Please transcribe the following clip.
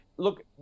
Look